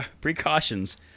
precautions